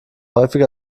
häufig